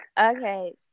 Okay